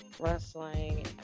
wrestling